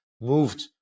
moved